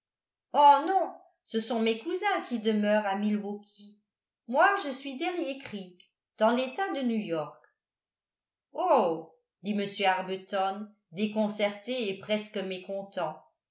oh non ce sont mes cousins qui demeurent à milwaukee moi je suis d'eriécreek dans l'etat de new-york oh dit m arbuton déconcerté et presque mécontent